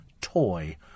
toy